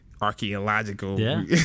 archaeological